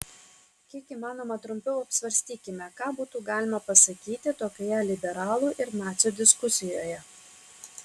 kiek įmanoma trumpiau apsvarstykime ką būtų galima pasakyti tokioje liberalų ir nacių diskusijoje